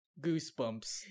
Goosebumps